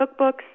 cookbooks